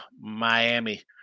Miami